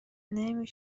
نمی